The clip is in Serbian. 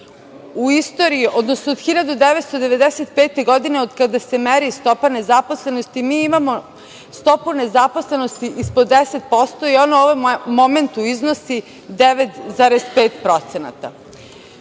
u istoriji, odnosno od 1995. godine, od kada se meri stopa nezaposlenosti, mi imamo stopu nezaposlenosti ispod 10% i u ovom momentu iznosi